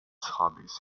hobbies